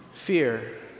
fear